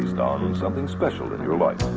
based on something special in your life.